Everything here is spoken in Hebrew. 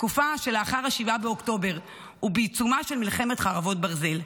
תקופה שלאחר 7 באוקטובר ובעיצומה של מלחמת חרבות ברזל,